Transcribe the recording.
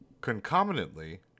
Concomitantly